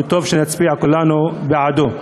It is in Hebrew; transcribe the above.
וטוב שנצביע כולנו בעדו.